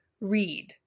read